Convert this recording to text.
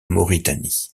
mauritanie